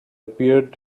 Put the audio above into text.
appeared